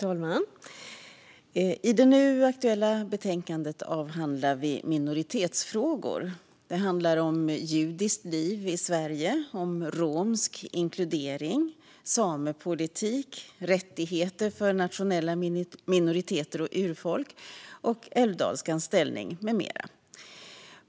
Fru talman! I det nu aktuella betänkandet avhandlar vi minoritetsfrågor. Det handlar om judiskt liv i Sverige, romsk inkludering, samepolitik, rättigheter för nationella minoriteter och urfolk, älvdalskans ställning med mera.